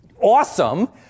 Awesome